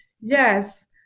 Yes